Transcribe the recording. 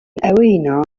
arena